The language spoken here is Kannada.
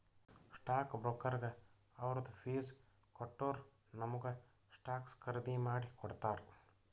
ಸ್ಟಾಕ್ ಬ್ರೋಕರ್ಗ ಅವ್ರದ್ ಫೀಸ್ ಕೊಟ್ಟೂರ್ ನಮುಗ ಸ್ಟಾಕ್ಸ್ ಖರ್ದಿ ಮಾಡಿ ಕೊಡ್ತಾರ್